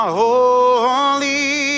holy